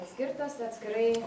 atskirtas atskirai